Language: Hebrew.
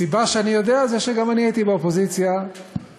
הסיבה שאני יודע היא שגם אני הייתי באופוזיציה לא